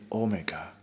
omega